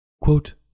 Quote